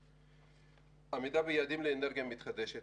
לגבי עמידה ביעדים לאנרגיה מתחדשת,